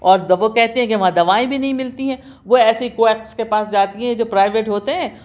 اور جب وہ کہتے ہیں کہ وہاں دوائیں بھی نہیں ملتی ہیں وہ ایسی کو ایکس کے پاس جاتی ہیں جو پرائیویٹ ہوتے ہیں